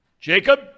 Jacob